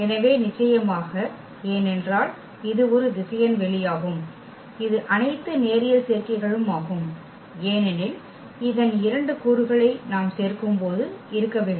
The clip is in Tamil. எனவே நிச்சயமாக ஏனென்றால் இது ஒரு திசையன் வெளியாகும் இது அனைத்து நேரியல் சேர்க்கைகளும் ஆகும் ஏனெனில் இதன் இரண்டு கூறுகளை நாம் சேர்க்கும்போது இருக்க வேண்டும்